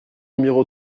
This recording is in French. numéro